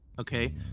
Okay